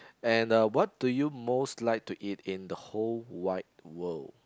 and uh what do you most like to eat in the whole wide world